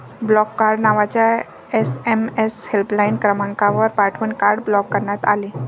block card नावाचा SMS helpline क्रमांकावर पाठवून कार्ड ब्लॉक करण्यात आले